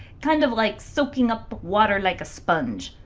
kind of like soaking up water like a sponge.